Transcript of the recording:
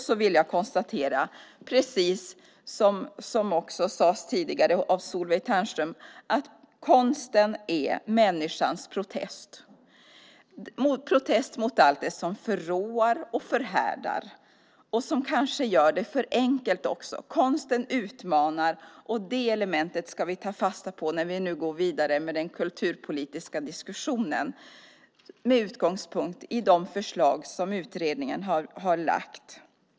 Så vill jag konstatera, precis som sades tidigare av Solveig Ternström, att konsten är människans protest mot allt det som förråar och förhärdar och som kanske gör det för enkelt. Konsten utmanar, och det elementet ska vi ta fasta på när vi nu går vidare med den kulturpolitiska diskussionen med utgångspunkt i de förslag som utredningen har lagt fram.